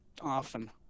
Often